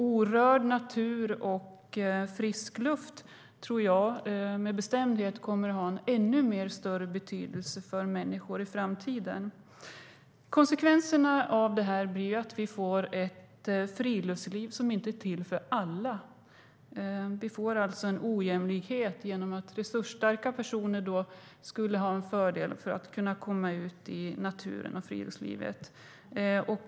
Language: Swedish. Orörd natur och frisk luft kommer med bestämdhet att ha en ännu större betydelse för människor i framtiden. Konsekvenserna av detta blir ett friluftsliv som inte är till för alla. Det blir alltså en ojämlikhet genom att resursstarka personer skulle få en fördel att komma ut i naturen och till friluftslivet.